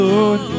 Lord